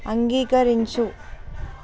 అంగీకరించు